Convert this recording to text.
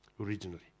originally